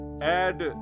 add